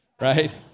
right